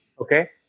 Okay